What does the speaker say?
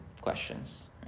questions